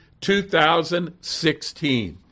2016